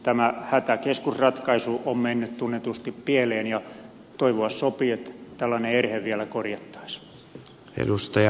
tämä hätäkeskusratkaisu on mennyt tunnetusti pieleen ja toivoa sopii että tällainen erhe vielä korjattaisiin